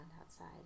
outside